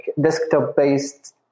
desktop-based